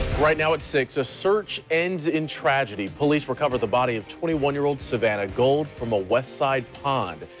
right now at six zero, a search ends in tragedy. police recovered the body of twenty one year old savannah gold from a westside pond.